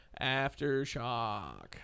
Aftershock